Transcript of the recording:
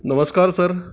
नमस्कार सर